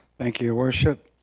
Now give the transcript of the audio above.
thank you, your worship.